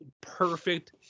perfect